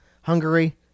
Hungary